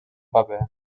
paper